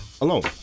alone